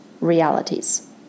realities